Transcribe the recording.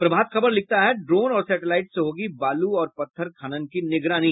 प्रभात खबर लिखता है ड्रोन और सेटेलाईट से होगी बालू ओर पत्थर खनन की निगरानी